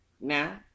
now